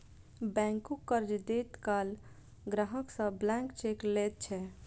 बैंको कर्ज दैत काल ग्राहक सं ब्लैंक चेक लैत छै